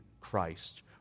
christ